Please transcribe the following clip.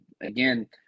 again